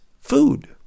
food